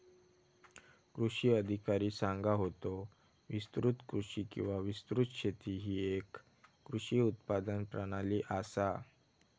कृषी अधिकारी सांगा होतो, विस्तृत कृषी किंवा विस्तृत शेती ही येक कृषी उत्पादन प्रणाली आसा